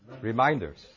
reminders